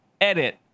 edit